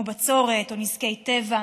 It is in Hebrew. כמו בצורת או נזקי טבע,